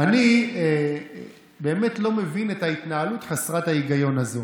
אני באמת לא מבין את ההתנהלות חסרת ההיגיון הזאת.